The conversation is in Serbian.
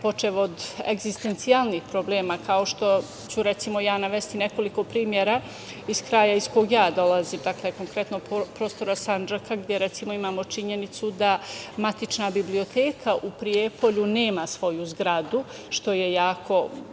počev od egzistencijalnih problema kao što ću, recimo, ja navesti nekoliko primera iz kraja iz kog ja dolazim, dakle, konkretno prostora Sandžaka, gde recimo imamo činjenicu da matična biblioteka u Prijepolju nema svoju zgradu, što je jako